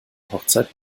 hochzeit